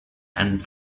and